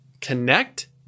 connect